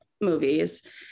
movies